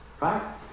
right